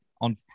on